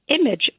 image